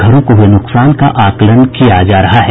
घरों को हुए नुकसान का आकलन किया जा रहा है